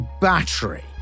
battery